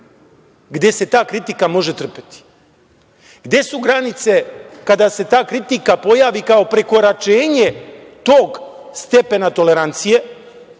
gde se ta kritika može trpeti? Gde su granice kada se ta politika pojavi kao prekoračenje tog stepena tolerancije